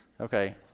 Okay